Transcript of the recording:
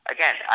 Again